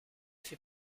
fait